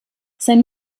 sein